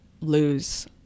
lose